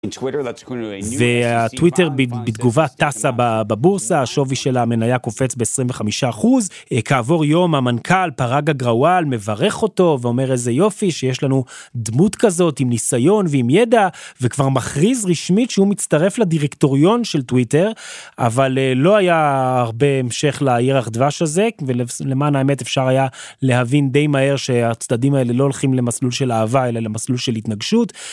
טוויטר בתגובה טסה בבורסה שווי של המנהיה קופץ ב25 אחוז כעבור יום המנכ״ל פארגה גראואל מברך אותו ואומר איזה יופי שיש לנו דמות כזאת עם ניסיון ועם ידע וכבר מכריז רשמית שהוא מצטרף לדירקטוריון של טוויטר. אבל לא היה הרבה המשך לירח דבש הזה ולמען האמת אפשר היה להבין די מהר שהצדדים האלה לא הולכים למסלול של אהבה אלא למסלול של התנגשות.